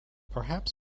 perhaps